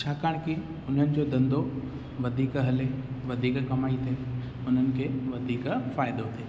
छाकाणि की उन्हनि जो धंधो वधीक हले वधीक कमाई थिए उन्हनि खे वधीक फ़ाइदो थिए